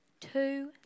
Two